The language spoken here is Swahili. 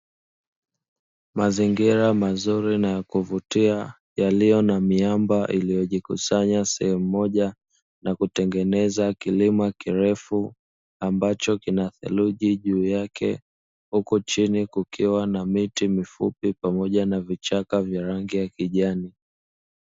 Mazingira mazuri na ya kuvutia yaliyo na miamba iliyojikusanya sehemu moja na kutengeneza kilima kirefu, ambacho kina theluji juu yake huku chini kukiwa miti mifupi pamoja na vichaka vya rangi ya kijani.